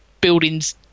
buildings